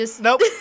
Nope